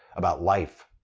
about life.